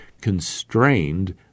constrained